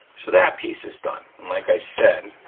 so that piece is done. and like i said,